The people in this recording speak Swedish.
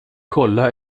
kolla